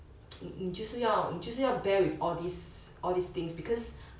你你就是要就是要 bear with all these all these things because